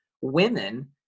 women